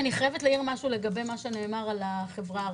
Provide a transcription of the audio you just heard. אני חייבת להעיר משהו לגבי מה שנאמר על החברה הערבית.